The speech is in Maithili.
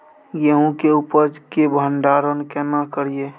गेहूं के उपज के भंडारन केना करियै?